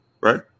right